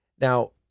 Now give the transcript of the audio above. Now